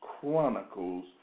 Chronicles